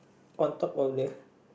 on top of the